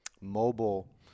mobile